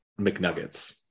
McNuggets